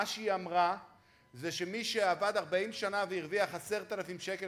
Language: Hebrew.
מה שהיא אמרה זה שמי שעבד 40 שנה והרוויח 10,000 שקל,